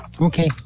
Okay